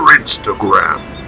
instagram